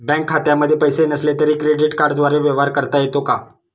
Bank खात्यामध्ये पैसे नसले तरी क्रेडिट कार्डद्वारे व्यवहार करता येतो का?